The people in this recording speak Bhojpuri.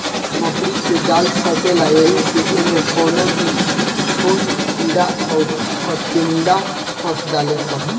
मकड़ी के जाल सटेला ऐही से इमे कवनो भी छोट कीड़ा अउर फतीनगा फस जाले सा